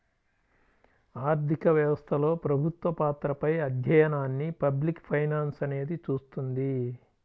ఆర్థిక వ్యవస్థలో ప్రభుత్వ పాత్రపై అధ్యయనాన్ని పబ్లిక్ ఫైనాన్స్ అనేది చూస్తుంది